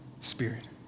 spirit